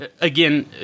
again